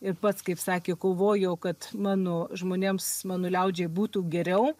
ir pats kaip sakė kovojo kad mano žmonėms mano liaudžiai būtų geriau